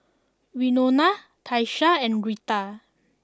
Winona Tyesha and Rheta